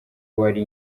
wari